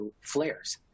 flares